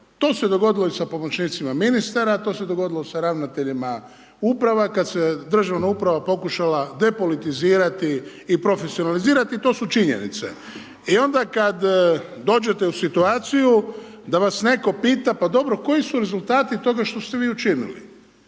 to se dogodilo i sa pomoćnicima ministra, to se dogodilo sa ravnateljima uprave. Kada se državna uprava pokušala depolitizirati i profesionalizirati, to su činjenice. I onda kada dođete u situaciju, da vas netko pita, pa dobro, koji su rezultati toga što ste vi učinili,